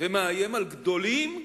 ומאיים על גדולים כקטנים,